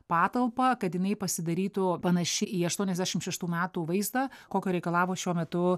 patalpą kad jinai pasidarytų panaši į aštuoniasdešimt šeštų metų vaizdą kokio reikalavo šiuo metu